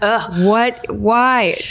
ah what? why?